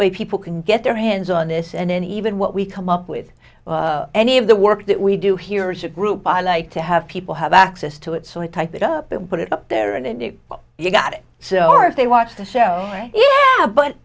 way people can get their hands on this and even what we come up with any of the work that we do here is a group i like to have people have access to it so i type it up and put it up there and what you got it so if they watch the show